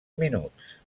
minuts